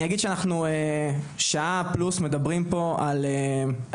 אני אגיד שאנחנו שעה פלוס מדברים פה על ושומעים,